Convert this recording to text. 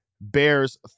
Bears